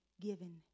given